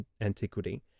antiquity